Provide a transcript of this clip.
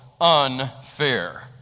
unfair